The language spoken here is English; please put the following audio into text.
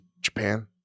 Japan